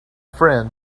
friend